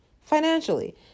financially